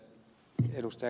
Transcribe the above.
kun ed